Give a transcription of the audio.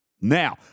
Now